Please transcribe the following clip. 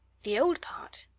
the old part!